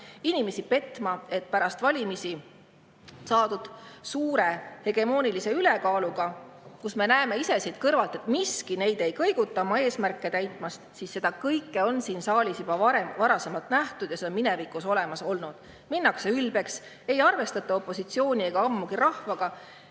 inimesi petma, et pärast valimisi saadud suure hegemoonilise ülekaaluga – me näeme ise siit kõrvalt, et miski neid ei kõiguta oma eesmärke täitmast. Seda kõike on siin saalis juba varem nähtud ja see on minevikus olnud – minnakse ülbeks, ei arvestata opositsiooni ega ammugi rahvaga,